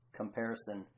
comparison